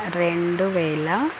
రెండు వేల